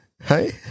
Hey